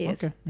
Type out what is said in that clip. Okay